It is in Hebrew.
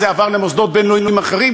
זה עבר למוסדות בין-לאומיים אחרים,